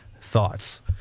thoughts